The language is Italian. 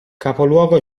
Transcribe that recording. capoluogo